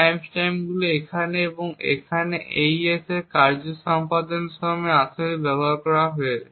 এই টাইমস্ট্যাম্পগুলি এখানে এবং এখানেও এই AES এর কার্য সম্পাদনের সময় আসলে ব্যবহার করা হয়